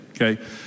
okay